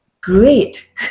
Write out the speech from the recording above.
great